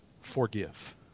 forgive